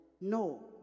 No